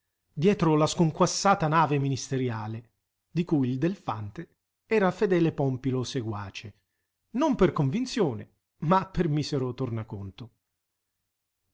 dietro la sconquassata nave ministeriale di cui il delfante era fedele pompilo seguace non per convinzione ma per misero tornaconto